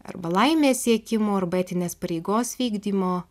arba laimės siekimo arba etinės pareigos vykdymo